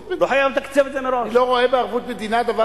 אני לא רואה בערבות מדינה דבר כל כך נורא.